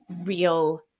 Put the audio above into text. real